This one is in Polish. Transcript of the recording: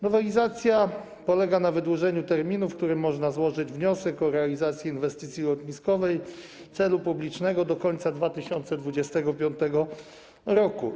Nowelizacja polega na wydłużeniu terminu, w którym można złożyć wniosek o realizację inwestycji lotniskowej - celu publicznego - do końca 2025 r.